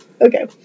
Okay